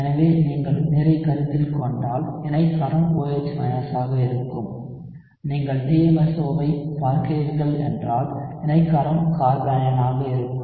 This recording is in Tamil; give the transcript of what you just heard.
எனவே நீங்கள் நீரைக் கருத்தில் கொண்டால் இணைக் காரம் OH ஆக இருக்கும் நீங்கள் DMSO ஐப் பார்க்கிறீர்கள் என்றால் இணைக் காரம் கார்பேனயனாக இருக்கும்